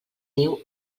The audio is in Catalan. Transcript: diu